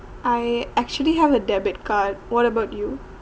I actually have a debit card what about you